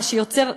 מה שיוצר,